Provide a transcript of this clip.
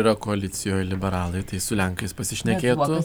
yra koalicijoj liberalai tai su lenkais pasišnekėtų